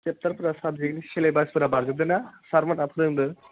चेपटारफ्रा साबजेक्टनि सेलेबासफोरा बारजोबदोंना सार मोनहा फोरोंदों